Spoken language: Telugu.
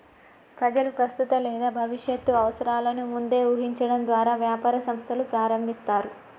ప్రజలు ప్రస్తుత లేదా భవిష్యత్తు అవసరాలను ముందే ఊహించడం ద్వారా వ్యాపార సంస్థలు ప్రారంభిస్తారు